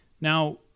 Now